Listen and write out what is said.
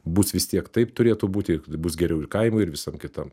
bus vis tiek taip turėtų būti bus geriau ir kaimui ir visam kitam